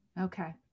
okay